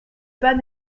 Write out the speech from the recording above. pas